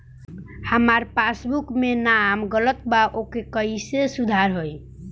हमार पासबुक मे नाम गलत बा ओके कैसे सुधार होई?